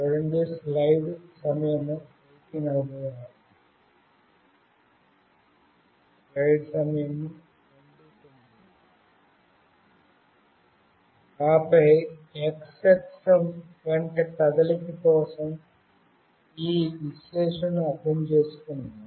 ఆపై x అక్షం వెంట కదలిక కోసం ఈ విశ్లేషణను అర్థం చేసుకుందాం